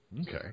Okay